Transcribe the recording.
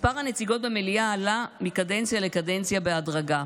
מספר הנציגות במליאה עלה מקדנציה לקדנציה בהדרגה,